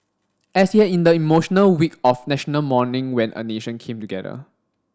as he had in the emotional week of National Mourning when a nation came together